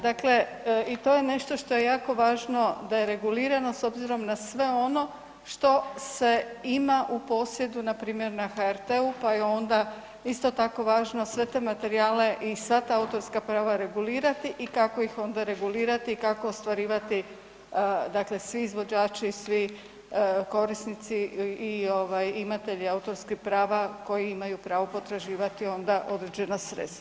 Dakle, i to je nešto što je jako važno da je regulirano s obzirom na sve ono što se ima u posjedu npr. na HRT-u, pa je onda isto tako važno sve te materijale i sva ta autorska prava regulirati i kako ih onda regulirati i kako ostvarivati, dakle svi izvođači, svi korisnici i ovaj imatelji autorskih prava koji imaju pravo potraživati onda određena sredstva.